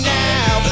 now